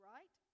Right